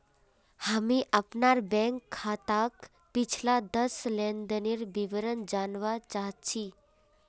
हामी अपनार बैंक खाताक पिछला दस लेनदनेर विवरण जनवा चाह छि